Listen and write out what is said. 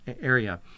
area